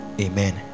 Amen